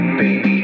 baby